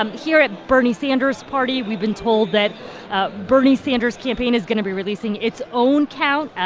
um here at bernie sanders' party, we've been told that ah bernie sanders' campaign is going to be releasing its own count.